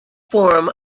form